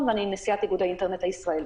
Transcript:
ואני נשיאת איגוד האינטרנט הישראלי.